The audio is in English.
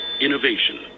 Innovation